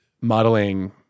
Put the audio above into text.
modeling